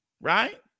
right